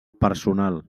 personal